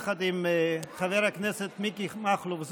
התשפ"ב 2022. הגשתי את ההצעה יחד עם חבר הכנסת מיקי מכלוף זוהר,